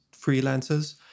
freelancers